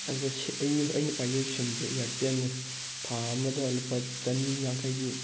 ꯑꯗꯨꯒ ꯑꯩꯅ ꯄꯥꯏꯖꯔꯤꯕ ꯁꯤꯝꯁꯦ ꯏꯌꯥꯔꯇꯦꯜꯅꯤ ꯊꯥ ꯑꯃꯗ ꯂꯨꯄꯥ ꯆꯅꯤ ꯌꯥꯡꯈꯩꯒꯤ